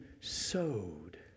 sowed